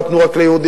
נתנו רק ליהודים,